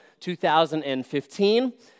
2015